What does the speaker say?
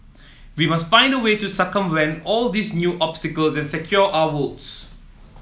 we must find a way to circumvent all these new obstacles and secure our votes